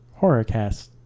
horrorcast